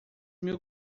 mil